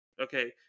okay